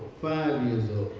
five years